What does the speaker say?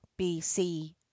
BC